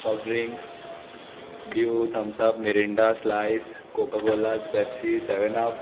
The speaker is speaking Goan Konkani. सॉफ्ट ड्रिंक्स डीव Thums Up Mirinda Slice Coca Cola Pepsi Seven आप